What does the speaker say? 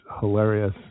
hilarious